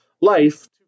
life